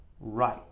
right